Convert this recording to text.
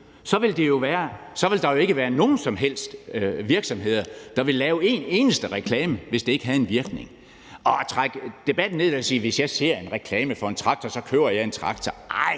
ville der jo ikke være nogen som helst virksomheder, der ville lave en eneste reklame, altså hvis det ikke havde en virkning. Og til det med at trække debatten ned til at sige, at hvis jeg ser en reklame for en traktor, køber jeg en traktor, vil